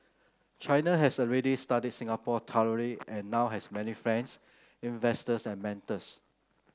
China has already studied Singapore thoroughly and now has many friends investors and mentors